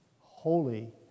holy